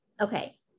Okay